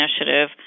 initiative